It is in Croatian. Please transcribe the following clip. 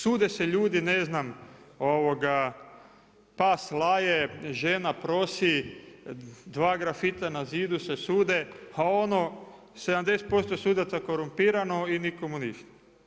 Sude se ljudi, ne znam, pas laje, žena prosi, dva grafita na zidu se sude, a ono 70% korumpirano i nikomu ništa.